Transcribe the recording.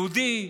יהודי,